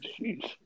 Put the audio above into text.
jeez